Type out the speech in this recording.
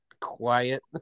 Quiet